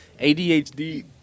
ADHD